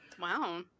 wow